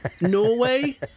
Norway